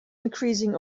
increasing